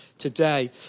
today